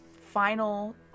final